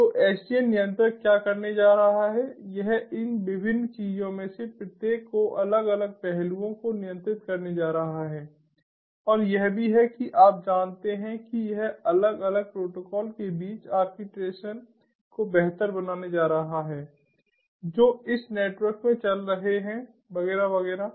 तो SDN नियंत्रक क्या करने जा रहा है यह इन विभिन्न चीजों में से प्रत्येक को अलग अलग पहलुओं को नियंत्रित करने जा रहा है और यह भी है कि आप जानते हैं कि यह अलग अलग प्रोटोकॉल के बीच ऑर्केस्ट्रेशन को बेहतर बनाने जा रहा है जो इस नेटवर्क में चल रहे हैं वगैरह वगैरह